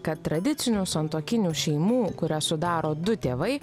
kad tradicinių santuokinių šeimų kurias sudaro du tėvai